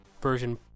version